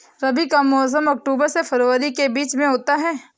रबी का मौसम अक्टूबर से फरवरी के बीच में होता है